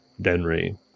Denry